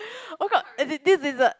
what kind as in this is a